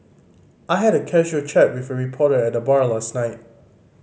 I had a casual chat with a reporter at the bar last night